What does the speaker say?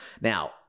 Now